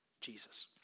Jesus